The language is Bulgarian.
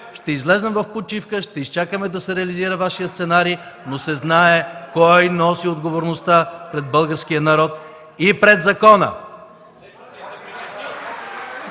Ще излезем в почивка, ще изчакаме да се реализира Вашият сценарий, но се знае кой носи отговорността пред българския народ и пред закона.